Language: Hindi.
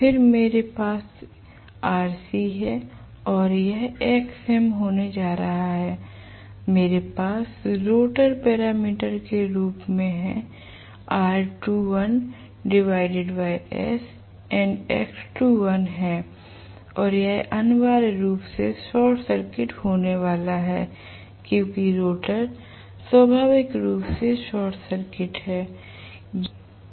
फिर मेरे पास Rc है और यह Xm होने जा रहा है और मेरे पास रोटर पैरामीटर के रूप में है R2l s और X2l है और यह अनिवार्य रूप से शॉर्ट सर्किट होने वाला है क्योंकि रोटर स्वाभाविक रूप से शॉर्ट सर्किट है